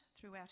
throughout